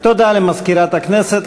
תודה למזכירת הכנסת.